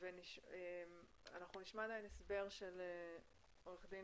אנחנו נשמע הסבר של עורך דין